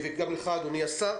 וגם לך, אדוני השר,